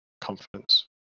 Confidence